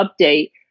update